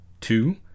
Two